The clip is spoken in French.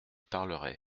parlerai